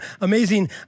amazing